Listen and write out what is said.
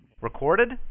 Recorded